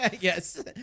Yes